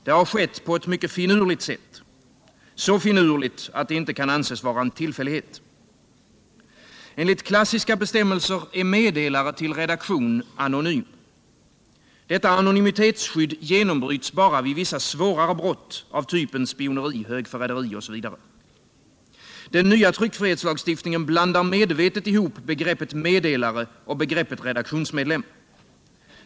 Det har skett på ett mycket finurligt sätt, så finurligt att det inte kan anses vara en tillfällighet. Enligt klassiska bestämmelser är meddelare till redaktion anonym. Detta anonymitetsskydd genombryts endast vid vissa svårare brott av typen spioneri, högförräderi osv. Den nya tryckfrihetslagstiftningen blandar medvetet ihop begreppet meddelare och begreppet redaktionsmedlem.